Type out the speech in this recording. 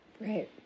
Right